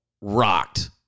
rocked